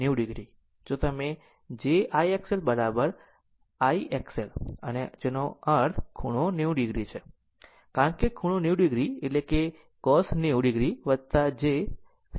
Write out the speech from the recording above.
જો તમે આ જેવા j I XL I XL અને જેનો અર્થ ખૂણો 90 o છે કારણ કે ખૂણો 90 o એટલે કે cos 90 o j sin 90 o